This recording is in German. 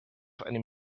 einem